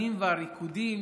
הדוכנים והריקודים